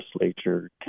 legislature